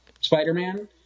Spider-Man